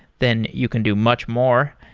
then you can do much more.